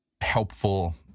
helpful